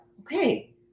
okay